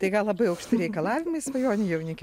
tai gal labai aukšti reikalavimai svajonių jaunikiui